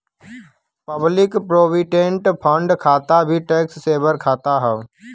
public provident fund खाता भी tax saver खाता हौ